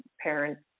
parents